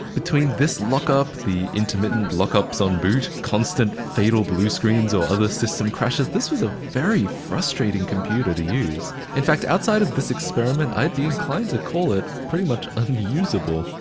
between this lockup, the intermittent lockups on boot, constant fatal blue screens or other system crashes, this was a very frustrating computer to use. in fact, outside of this experiment, i'd be inclined to call it pretty much unusable.